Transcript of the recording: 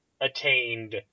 attained